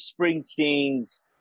springsteen's